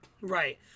right